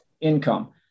income